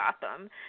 Gotham